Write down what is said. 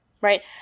right